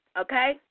okay